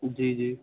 جی جی